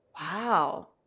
wow